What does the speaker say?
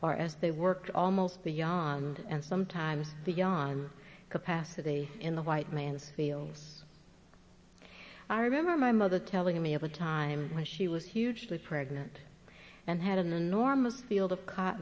or as they worked almost beyond and sometimes the young and capacity in the white man's fields i remember my mother telling me of a time when she was hugely pregnant and had an enormous field of c